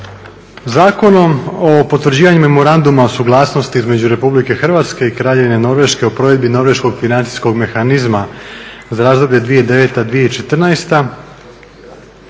Zakonom o potvrđivanju Memoranduma o suglasnosti između Republike Hrvatske i Kraljevine Norveške o provedbi norveškog financijskog mehanizma za razdoblje 2009.-2014.